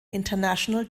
international